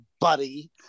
buddy